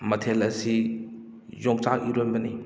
ꯃꯊꯦꯜ ꯑꯁꯤ ꯌꯣꯡꯆꯥꯛ ꯏꯔꯣꯝꯕꯅꯤ